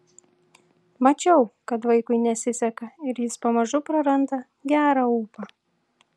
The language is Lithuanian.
mačiau kad vaikui nesiseka ir jis pamažu praranda gerą ūpą